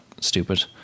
stupid